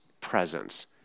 presence